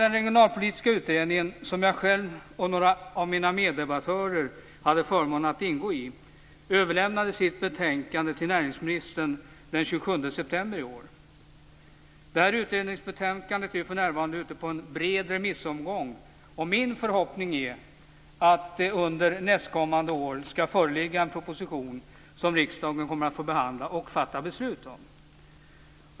Den regionalpolitiska utredningen, som jag själv och några av mina meddebattörer hade förmånen att ingå i, överlämnade sitt betänkande till näringsministern den 27 september i år. Detta utredningsbetänkande är för närvarande ute på en bred remissomgång. Min förhoppning är att det under nästkommande år ska föreligga en proposition som riksdagen kommer att få behandla och fatta beslut om. Herr talman!